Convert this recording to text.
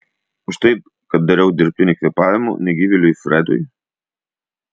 už tai kad dariau dirbtinį kvėpavimą negyvėliui fredui